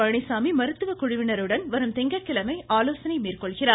பழனிசாமி மருத்துவ குழுவினருடன் வரும் திங்கட்கிழமை ஆலோசனை மேற்கொள்கிறார்